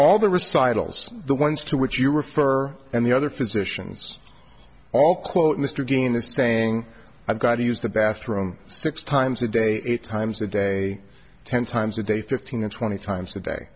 recitals the ones to which you refer and the other physicians all quote mr game is saying i've got to use the bathroom six times a day eight times a day ten times a day fifteen or twenty times a day